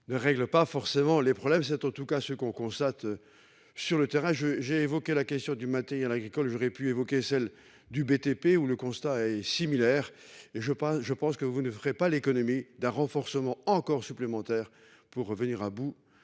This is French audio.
ne règle pas forcément les problèmes, c'est en tout cas ce qu'on constate. Sur le terrain je j'ai évoqué la question du matériel agricole. J'aurais pu évoquer celle du BTP ou le constat est similaire. Et je pense, je pense que vous ne ferait pas l'économie d'un renforcement encore supplémentaire pour venir à bout